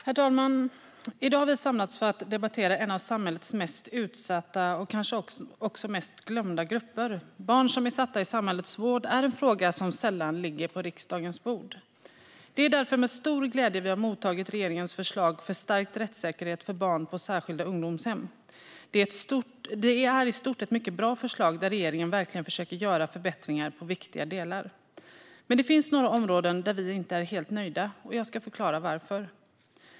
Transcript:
Herr talman! I dag har vi samlats för att debattera en av samhällets mest utsatta och kanske också mest glömda grupper. Barn som är satta i samhällets vård är en fråga som sällan ligger på riksdagens bord. Det är därför med stor glädje vi har mottagit regeringens förslag om stärkt rättssäkerhet för barn på särskilda ungdomshem. Det är i stort ett mycket bra förslag där regeringen verkligen försöker göra förbättringar i viktiga delar, men det finns några områden där vi inte är helt nöjda. Jag ska förklara varför.